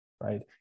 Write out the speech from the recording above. right